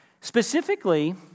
Specifically